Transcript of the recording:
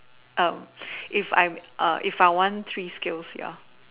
um if I err if I want three skills ya